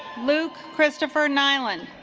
luke christopher nylund